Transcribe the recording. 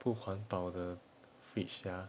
不环保的 fridge sia